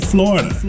Florida